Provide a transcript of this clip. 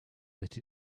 that